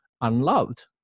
unloved